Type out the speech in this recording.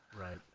right